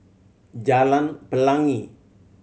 Jalan Pelangi